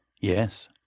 yes